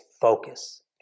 focus